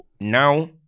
now